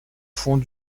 fond